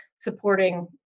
supporting